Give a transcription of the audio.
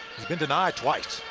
he's been denied twice.